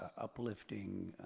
uplifting,